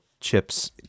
chips